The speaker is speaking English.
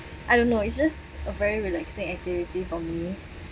I don't know it's just a very relaxing activity for me